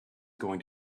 going